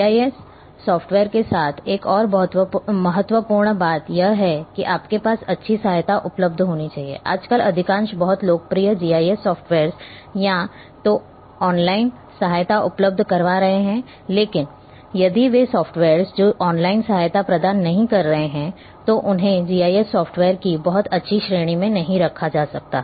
GIS software के साथ एक और बहुत महत्वपूर्ण बात यह है कि आपके पास अच्छी सहायता उपलब्ध होनी चाहिए आजकल अधिकांश बहुत लोकप्रिय जीआईएस सॉफ्टवेयर्स या तो ऑनलाइन सहायता उपलब्ध करवा रहे हैं लेकिन यदि वे सॉफ्टवेयर्स जो ऑनलाइन सहायता प्रदान नहीं कर रहे हैं तो उन्हें जीआईएस सॉफ्टवेयर्स की बहुत अच्छी श्रेणी में नहीं रखा जाएगा